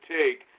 take